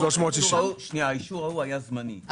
האישור ההוא היה זמני.